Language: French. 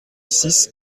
six